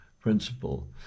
principle